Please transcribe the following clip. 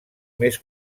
més